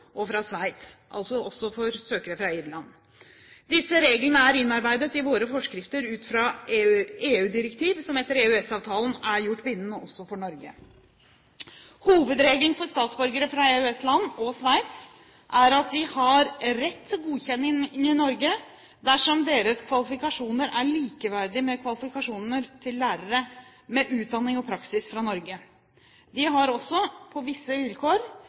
og fra Sveits, og altså også for søkere fra Irland. Disse reglene er innarbeidet i våre forskrifter ut fra EU-direktiv, som etter EØS-avtalen er gjort bindende også for Norge. Hovedregelen for statsborgere fra EØS-land og Sveits er at de har rett til godkjenning i Norge dersom deres kvalifikasjoner er likeverdige med kvalifikasjoner til lærere med utdanning og praksis fra Norge. De har også, på visse vilkår,